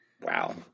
Wow